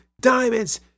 diamonds